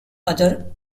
other